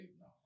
no